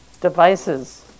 devices